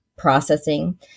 processing